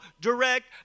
direct